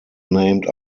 named